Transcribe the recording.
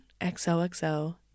XOXO